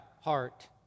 heart